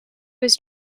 was